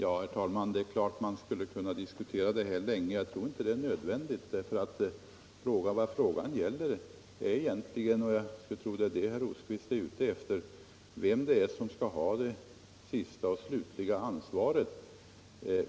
Herr talman! Det är klart att man skulle kunna diskutera det här länge, men jag tror inte att det är nödvändigt, därför att vad frågan gäller är egentligen — och det är väl detta herr Rosqvist är ute efter — vem som skall ha det slutliga ansvaret.